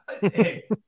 Hey